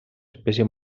espècie